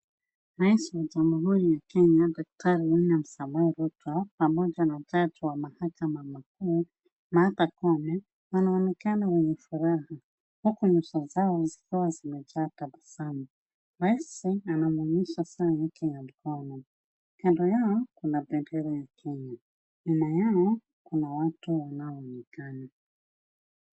Rais wa jamhuri ya Kenya Daktari William Samoei Ruto, pamoja na jaji wa mahakama makuu Martha Koome, wanaonekana wenye furaha, huku nyuso zao zikiwa zimejaa tabasamu. Rais anamwonyesha saa yake ya mkono. Kando yao kuna bendera ya Kenya. Nyuma yao kuna watu wanao onekana.